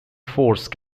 force